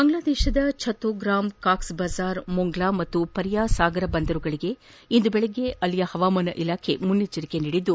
ಬಾಂಗ್ಲಾ ದೇಶದ ಛತ್ತೋಗ್ರಾಮ್ ಕಾಕ್ಷ ಬಜಾರ್ ಮೊಂಗ್ಲಾ ಮತ್ತು ಪರ್ಯಾ ಸಾಗರ ಬಂದರುಗಳಗೆ ಇಂದು ಬೆಳಗ್ಗೆ ಅಲ್ಲಿಯ ಹವಾಮಾನ ಇಲಾಖೆ ಮುನ್ನೆಚ್ಚರಿಕೆ ನೀಡಿದ್ದು